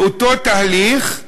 לאותו תהליך: